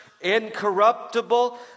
incorruptible